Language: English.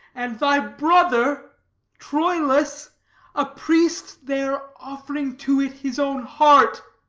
and thy brother troilus a priest, there off'ring to it his own heart.